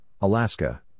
Alaska